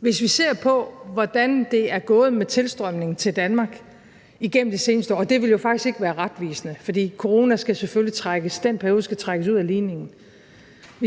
Hvis vi ser på, hvordan det er gået med tilstrømningen til Danmark igennem det seneste år – og det vil jo faktisk ikke være retvisende, fordi perioden med corona selvfølgelig skal trækkes ud af ligningen –